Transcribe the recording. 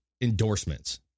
endorsements